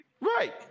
Right